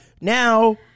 now